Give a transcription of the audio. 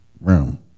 room